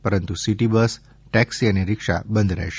પરંતુ city bus taxi અને રિક્ષા બંધ રહેશે